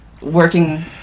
working